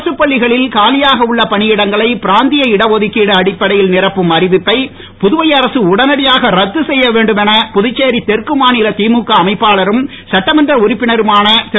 அரசுப் பள்ளிகளில் காலியாக உள்ள பணியிடங்களை பிராந்திய இட ஒதுக்கீடு அடிப்படையில் நிரப்பும் அறிவிப்பை புதுவை அரசு உடனடியாக ரத்து செய்ய வேண்டும் என புதுச்சேரி தெற்கு மாநில திமுக அமைப்பாளரும் சட்டமன்ற உறுப்பினருமான திரு